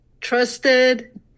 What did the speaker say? trusted